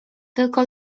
tylko